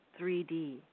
3D